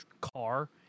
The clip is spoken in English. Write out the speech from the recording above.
car